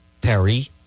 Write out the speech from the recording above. Perry